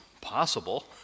possible